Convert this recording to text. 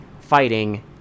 fighting